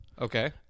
Okay